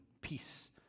peace